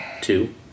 two